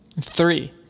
Three